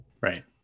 Right